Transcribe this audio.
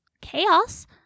chaos